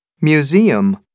MUSEUM